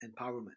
empowerment